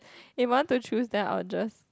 if want to choose that I'll just